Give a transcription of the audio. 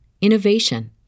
innovation